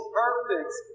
perfect